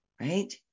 right